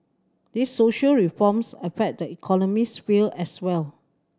these social reforms affect the economic sphere as well